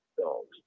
dogs